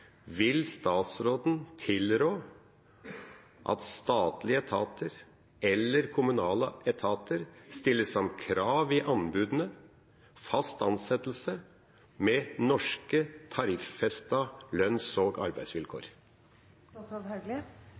Vil statsråden tilrå at statlige eller kommunale etater ved anbudene stiller krav om fast ansettelse med norske, tariffestede lønns- og